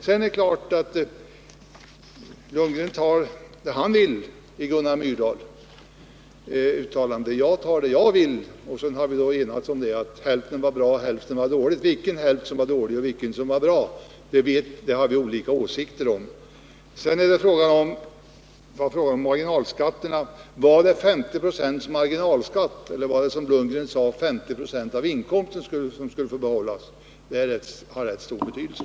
Det är klart att Bo Lundgren tar vad han vill och att jag tar vad jag vill av Gunnar Myrdals uttalanden. Vi har enats om att hälften var bra och att hälften var dåligt. Vilken hälft som var bra resp. dålig har vi olika åsikter om. Sedan var det fråga om marginalskatterna. Skall det vara en marginalskatt på 50 96 eller, som Bo Lundgren sade, 50 96 av inkomsten som får behållas? Det har rätt stor betydelse.